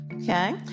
Okay